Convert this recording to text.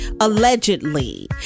allegedly